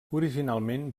originalment